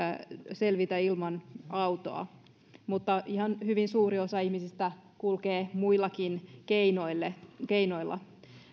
selvitä ilman autoa mutta ihan hyvin suuri osa ihmisistä kulkee muillakin keinoilla keinoilla